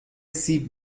سیب